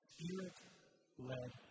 Spirit-led